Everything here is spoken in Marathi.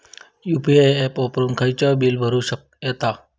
यु.पी.आय ऍप वापरून खायचाव बील भरता येता